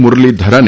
મુરલીધરને